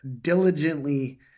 diligently